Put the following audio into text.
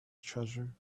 treasure